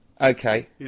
Okay